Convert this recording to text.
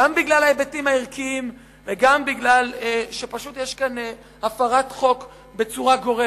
גם בגלל ההיבטים הערכיים וגם כי פשוט יש כאן הפרת חוק בצורה גורפת.